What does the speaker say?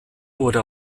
wurde